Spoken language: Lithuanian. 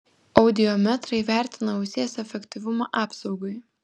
audiometrai vertina ausies efektyvumą apsaugai